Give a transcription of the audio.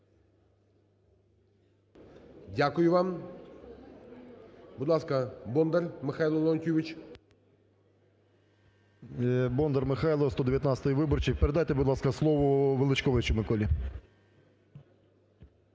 Дякую вам. Будь ласка, Бондар Михайло Леонтійович. 10:23:34 БОНДАР М.Л. Бондар Михайло, 119 виборчий. Передайте, будь ласка, слово Величковичу Миколі.